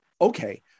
Okay